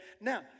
Now